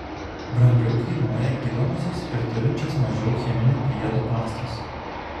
brangiau kainuoja gydomosios ir turinčios mažiau cheminių priedų pastos